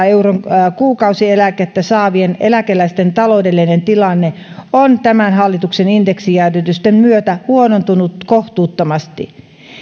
euron kuukausieläkettä saavien eläkeläisten taloudellinen tilanne on tämän hallituksen indeksijäädytysten myötä huonontunut kohtuuttomasti